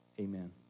amen